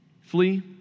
Flee